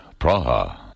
Praha